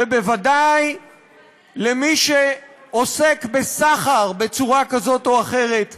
ובוודאי למי שעוסק בסחר בצורה כזאת או אחרת בקנביס.